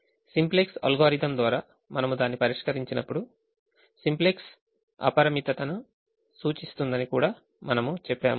simplex algorithm ద్వారా మనము దాన్ని పరిష్కరించినప్పుడు సింప్లెక్స్ అపరిమితతను సూచిస్తుందని కూడా మనము చెప్పాము